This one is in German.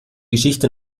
geschichte